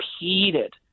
repeated